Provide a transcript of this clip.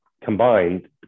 combined